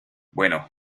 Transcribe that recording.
bueno